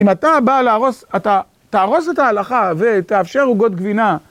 אם אתה בא להרוס, אתה תהרוס את ההלכה ותאפשר עוגות גבינה